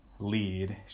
lead